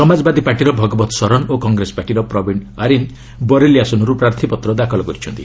ସମାଜବାଦୀ ପାର୍ଟିର ଭଗବତ ସରନ୍ ଓ କଂଗ୍ରେସ ପାର୍ଟିର ପ୍ରବୀଣ ଆରିନ୍ ବରେଲି ଆସନରୁ ପ୍ରାର୍ଥୀପତ୍ର ଦାଖଲ କରିଛନ୍ତି